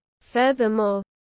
Furthermore